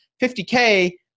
50K